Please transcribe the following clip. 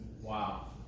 Wow